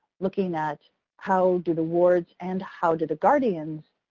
looking at how do the wards and how do the guardians